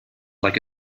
like